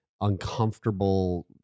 uncomfortable